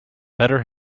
better